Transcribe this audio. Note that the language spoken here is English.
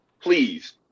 please